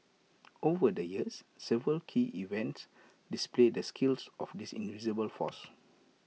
over the years several key events displayed the skills of this invisible force